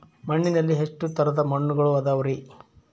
ಮಣ್ಣಿನಲ್ಲಿ ಎಷ್ಟು ತರದ ಮಣ್ಣುಗಳ ಅದವರಿ?